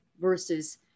versus